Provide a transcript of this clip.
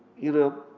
you know,